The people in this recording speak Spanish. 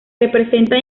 representa